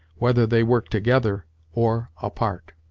whether they work together or apart